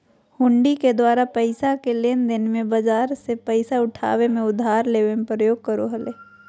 हुंडी के द्वारा पैसा के लेनदेन मे, बाजार से पैसा उठाबे मे, उधार लेबे मे प्रयोग करो हलय